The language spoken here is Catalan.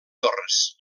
torres